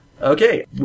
Okay